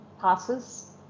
passes